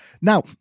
Now